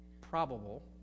probable